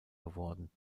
geworden